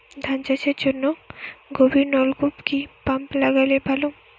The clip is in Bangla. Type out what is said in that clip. ধান চাষের জন্য গভিরনলকুপ কি পাম্প লাগালে ভালো?